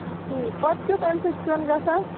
ٹھیٖک پَتہٕ کیُتھ اَمہِ سۭتۍ سیُن گژھان